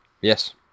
Yes